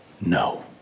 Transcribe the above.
no